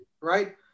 right